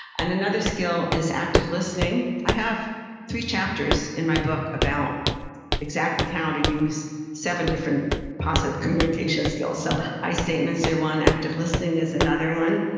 and another skill is active listening. i have three chapters in my book about exactly how to use seven different positive communications skills so, i statements are one, active listening is another one.